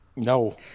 No